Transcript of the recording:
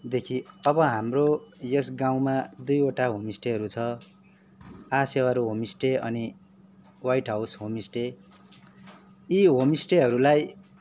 देखि अब हाम्रो यस गाउँमा दुईवटा होमस्टेहरू छ आ सेवारो होमस्टे अनि ह्वाइट हाउस होमस्टे यी होमस्टेहरूलाई